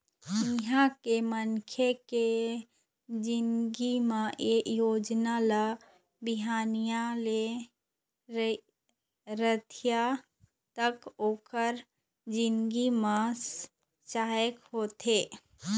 इहाँ के मनखे के जिनगी म ए योजना ल बिहनिया ले रतिहा तक ओखर जिनगी म सहायक होथे